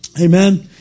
amen